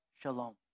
Shalom